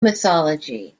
mythology